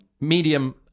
Medium